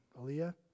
Aaliyah